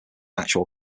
actual